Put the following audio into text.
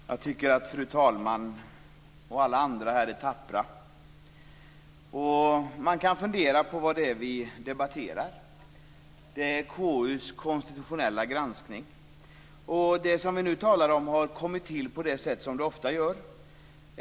Fru talman! Jag tycker att fru talman och alla andra här är tappra. Man kan fundera på vad det är vi debatterar. Det är KU:s konstitutionella granskning. Det som vi nu talar om har kommit till på det sätt som det ofta gör.